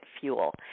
Fuel